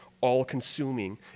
all-consuming